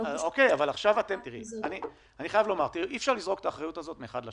אי אפשר לזרוק את האחריות הזאת מאחד לשני.